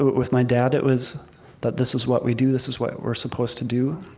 with my dad, it was that this is what we do this is what we're supposed to do.